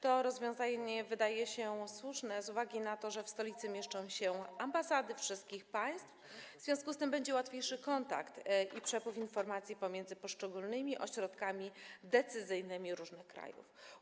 To rozwiązanie wydaje się słuszne z uwagi na to, że w stolicy mieszczą się ambasady wszystkich państw, w związku z tym będzie łatwiejszy kontakt i przepływ informacji pomiędzy poszczególnymi ośrodkami decyzyjnymi różnych krajów.